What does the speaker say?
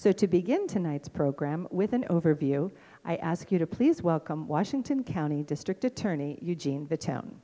to begin tonight's program with an overview i ask you to please welcome washington county district attorney eugene the town